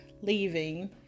leaving